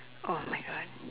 !oh-my-God!